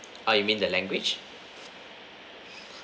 oh you mean the language